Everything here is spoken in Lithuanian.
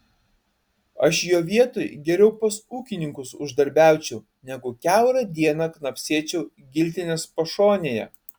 aš jo vietoj geriau pas ūkininkus uždarbiaučiau negu kiaurą dieną knapsėčiau giltinės pašonėje